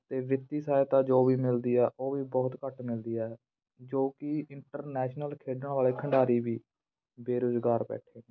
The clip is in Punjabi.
ਅਤੇ ਵਿੱਤੀ ਸਹਾਇਤਾ ਜੋ ਵੀ ਮਿਲਦੀ ਆ ਉਹ ਵੀ ਬਹੁਤ ਘੱਟ ਮਿਲਦੀ ਹੈ ਜੋ ਕਿ ਇੰਟਰਨੈਸ਼ਨਲ ਖੇਡਣ ਵਾਲੇ ਖਿਡਾਰੀ ਵੀ ਬੇਰੁਜ਼ਗਾਰ ਬੈਠੇ